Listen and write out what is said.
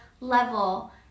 level